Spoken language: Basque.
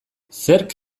zerk